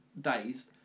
dazed